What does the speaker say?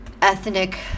ethnic